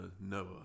Noah